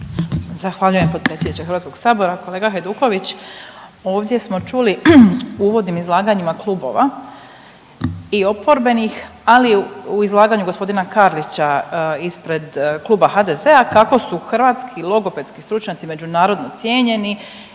Zahvaljujem potpredsjedniče HS-a, kolega Hajduković. Ovdje smo čuli u uvodnim izlaganjima klubova i oporbenih, ali u izlaganju g. Karlića ispred Kluba HDZ-a kako su hrvatski logopedski stručnjaci međunarodno cijenjeni